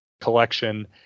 collection